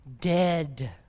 dead